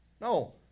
No